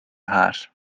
haar